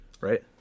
right